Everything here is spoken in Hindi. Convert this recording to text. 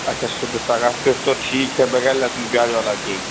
अच्छा शुद्ध शाका फिर तो ठीक है बग़ैर लहसुन प्याज़ वाला ठीक